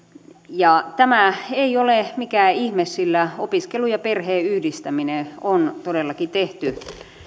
ja tämä ei ole mikään ihme sillä opiskelun ja perheen yhdistäminen on todellakin tehty